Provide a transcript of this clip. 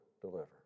deliver